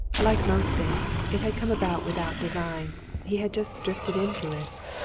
like most things, it had come about without design he had just drifted into it.